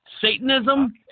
Satanism